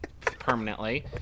permanently